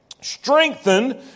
strengthened